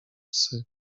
psy